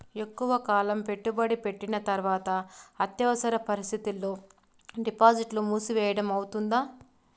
ఎక్కువగా కాలం పెట్టుబడి పెట్టిన తర్వాత అత్యవసర పరిస్థితుల్లో డిపాజిట్లు మూసివేయడం అవుతుందా?